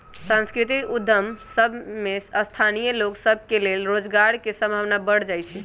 सांस्कृतिक उद्यम सभ में स्थानीय लोग सभ के लेल रोजगार के संभावना बढ़ जाइ छइ